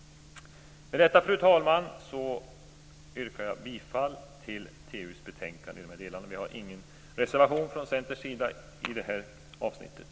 Med detta fru talman, yrkar jag bifall till hemställan i TU:s betänkande i de här delarna. Vi har ingen reservation från Centerns sida i det här avsnittet.